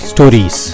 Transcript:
Stories